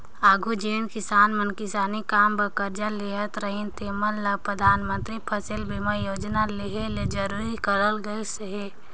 आघु जेन किसान मन किसानी काम बर करजा लेहत रहिन तेमन ल परधानमंतरी फसिल बीमा योजना लेहे ले जरूरी करल गइस अहे